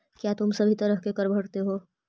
क्या तुम सभी तरह के कर भरते हो?